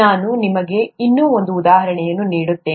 ನಾನು ನಿಮಗೆ ಇನ್ನೂ ಒಂದು ಉದಾಹರಣೆಯನ್ನು ನೀಡುತ್ತೇನೆ